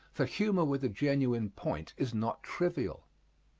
for humor with a genuine point is not trivial.